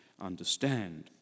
understand